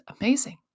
amazing